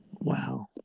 wow